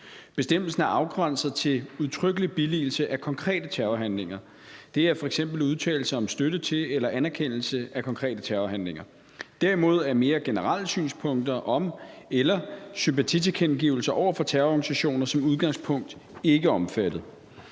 Bestemmelsen er afgrænset til udtrykkelig billigelse af konkrete terrorhandlinger. Det er f.eks. udtalelse om støtte til eller anerkendelse af konkrete terrorhandlinger. Derimod er mere generelle synspunkter om eller sympatitilkendegivelser over for terrororganisationer som udgangspunkt ikke omfattet.